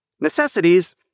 Necessities